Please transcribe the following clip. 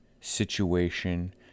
situation